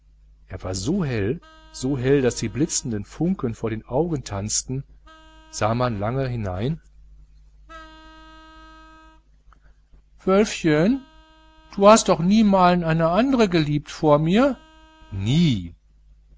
er war so hell so hell daß die blitzenden funken vor den augen tanzten sah man lange hinein wölfchen du hast doch niemalen eine andere geliebt vor mir nie